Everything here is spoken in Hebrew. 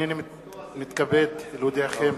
הנני מתכבד להודיעכם,